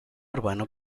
urbano